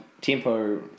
tempo